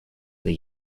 the